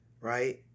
right